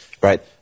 right